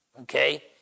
okay